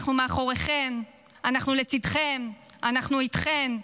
אנחנו מאחוריכן, אנחנו לצידכן, אנחנו איתכן.